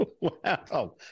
Wow